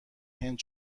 هند